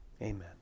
amen